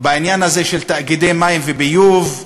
בעניין הזה של תאגידי מים וביוב,